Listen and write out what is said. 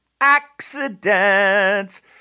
accidents